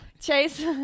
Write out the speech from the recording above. chase